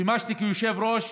שימשתי כיושב-ראש